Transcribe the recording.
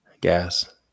Gas